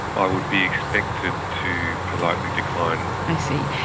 i would be expected to politely decline. i see.